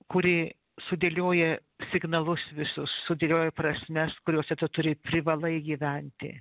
kuri sudėlioja signalus visus sudėlioja prasmes kuriose tu turi privalai gyventi